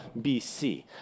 BC